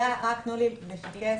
רק תנו לי לשקף.